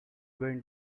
going